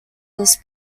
this